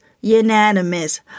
unanimous